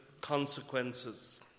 consequences